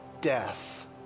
death